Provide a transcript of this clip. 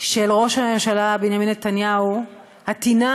העמוקה של ראש הממשלה בנימין נתניהו לרשות